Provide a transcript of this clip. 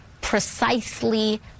precisely